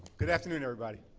good afternoon, everybody.